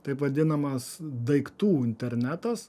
taip vadinamas daiktų internetas